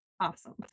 Awesome